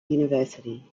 university